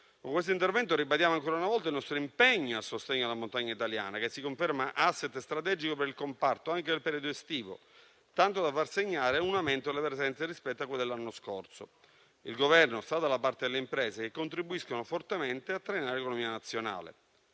Con questo intervento ribadiamo ancora una volta il nostro impegno a sostegno della montagna italiana, che si conferma *asset* strategico per il comparto anche nel periodo estivo, tanto da far segnare un aumento delle presenze rispetto a quelle dell'anno scorso. Il Governo sta dalla parte delle imprese che contribuiscono fortemente a trainare l'economia nazionale.